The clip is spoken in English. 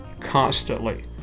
constantly